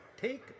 take